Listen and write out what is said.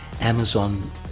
Amazon